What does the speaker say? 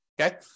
Okay